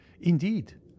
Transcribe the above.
indeed